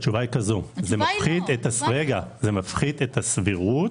זה מפחית את הסבירות,